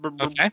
Okay